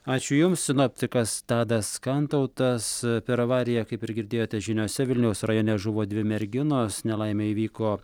ačiū jums sinoptikas tadas kantautas per avariją kaip ir girdėjote žiniose vilniaus rajone žuvo dvi merginos nelaimė įvyko